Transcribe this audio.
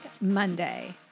Monday